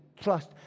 trust